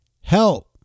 Help